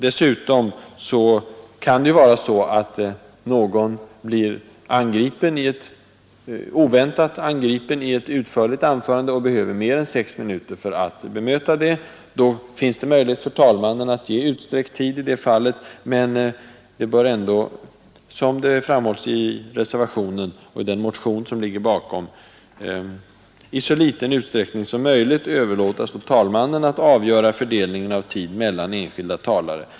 Dessutom kan det vara så att någon blir oväntat angripen i ett utförligt anförande och behöver mer än sex minuter för att bemöta detta angrepp. Då finns det möjlighet för talmannen att ge utsträckt tid, men det bör ändå, som framhålls i reservationen och i den motion som ligger bakom, i så liten utsträckning som möjligt överlåtas åt talmannen att avgöra fördelningen av tid mellan enskilda talare.